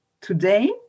today